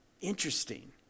Interesting